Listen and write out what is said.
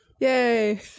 Yay